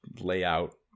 layout